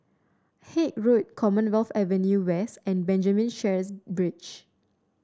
Haig Road Commonwealth Avenue West and Benjamin Sheares Bridge